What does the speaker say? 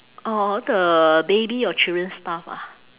all the baby or children stuff ah